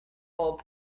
bulb